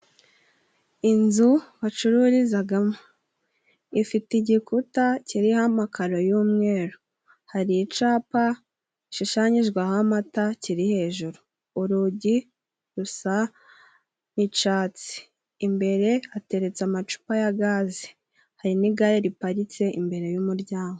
Inzu bacururizagamo ifite igikuta kiriho amakaro y'umweru, hari icapa gishushanyijweho amata kiri hejuru, urugi rusa n'icatsi, imbere hateretse amacupa ya gaze, hari n'igare riparitse imbere y'umuryango.